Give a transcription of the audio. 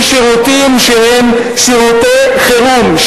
בשירותים שהם שירותי חירום,